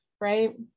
right